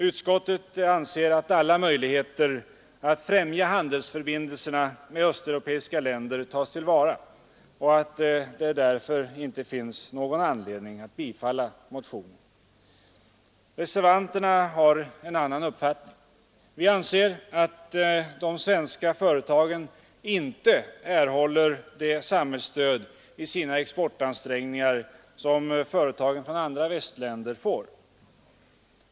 Utskottet anser att alla möjligheter att främja handelsförbindelserna med östeuropeiska länder tas till vara och att det därför inte finns någon anledning att bifalla motionen. Rese!vanterna har en annan uppfattning. Vi anser att de svenska företagen inte erhåller det samhällsstöd i sina exportansträngningar som företagen i andra västländer får.